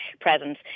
presence